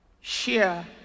share